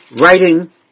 writing